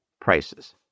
prices